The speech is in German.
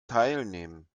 teilnehmen